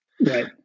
Right